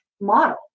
model